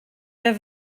der